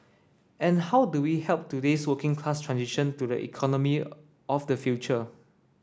and how do we help today's working class transition to the economy of the future